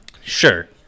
sure